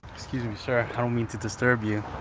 excuse me sir, i don't mean to disturb you.